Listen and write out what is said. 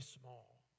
small